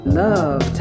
love